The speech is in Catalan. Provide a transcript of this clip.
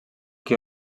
qui